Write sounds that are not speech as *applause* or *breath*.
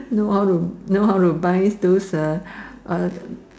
know how to know how to buy those uh *breath* uh